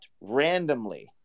randomly